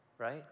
Right